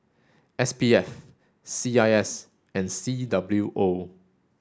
S P F C I S and C W O